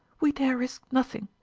we dare risk nothing.